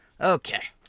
Okay